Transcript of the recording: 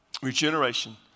Regeneration